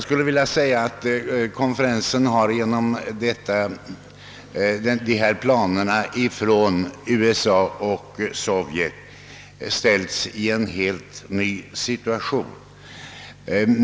Konferensen har genom dessa planer från USA och Sovjet ställts i en helt ny situation.